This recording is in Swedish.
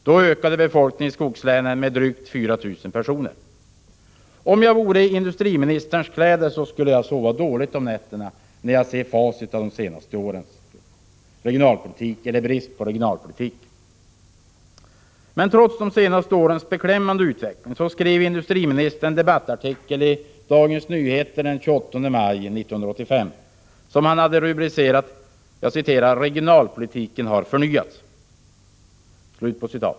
Då ökade befolkningen i skogslänen med drygt 4 000 personer. Om jag var i industriministerns kläder skulle jag sova dåligt om nätterna när jag ser resultatet av de senaste tre årens brist på regionalpolitik. Trots de senaste årens beklämmande utveckling skrev industriministern en debattartikel i DN den 28 maj 1985 som hade rubriken ”Regionalpolitiken har förnyats”.